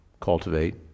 cultivate